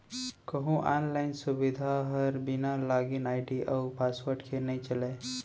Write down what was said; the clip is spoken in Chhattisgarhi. कोहूँ आनलाइन सुबिधा हर बिना लॉगिन आईडी अउ पासवर्ड के नइ चलय